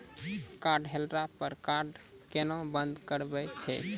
Card हेरैला पर card केना बंद करबै छै?